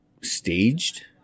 staged